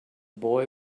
boy